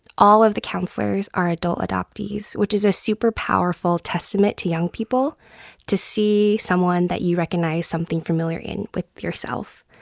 all of the counselors, are adult adoptees, which is a super powerful testament to young people to see someone that you recognize something familiar in with yourself.